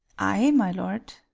ay, my lord.